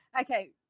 Okay